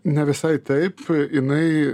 ne visai taip jinai